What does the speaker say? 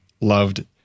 loved